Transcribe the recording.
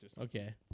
Okay